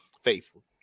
faithful